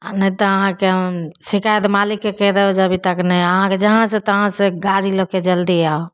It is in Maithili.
आओर नहि तऽ अहाँके हम शिकायत मालिकके कहि देब जे अभी तक नहि अहाँके जहाँ से तहाँ से गाड़ी लऽके जल्दी आउ